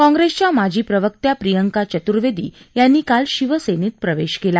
काँप्रेसच्या माजी प्रवक्त्या प्रियंका चतुर्वेदी यांनी काल शिवसेनेत प्रवेश केला